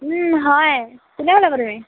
হয় কোনে ক'লে আক তুমি